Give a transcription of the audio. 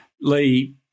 Lee